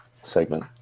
segment